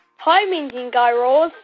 hi, mindy and guy raz.